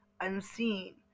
unseen